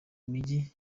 mijyi